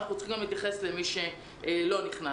אבל אנחנו צריכים להתייחס למי שלא חזר.